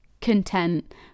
content